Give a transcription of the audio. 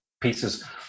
pieces